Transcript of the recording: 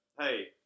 Hey